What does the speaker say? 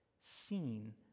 seen